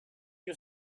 you